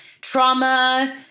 trauma